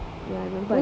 ya I remember I